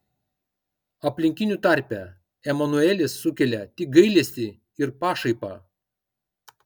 aplinkinių tarpe emanuelis sukelia tik gailestį ir pašaipą